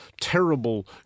terrible